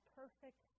perfect